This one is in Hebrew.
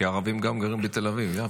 כי ערבים גרים גם בתל אביב-יפו.